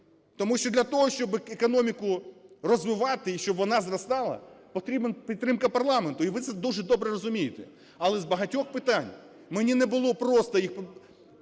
тому що для того, щоб економіку розвивати і щоб вона зростала, потрібна підтримка парламенту, і ви це дуже розумієте. Але з багатьох питань, мені не було просто їх